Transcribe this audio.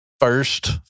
first